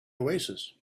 oasis